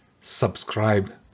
subscribe